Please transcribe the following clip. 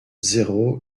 zéro